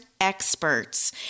experts